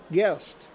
guest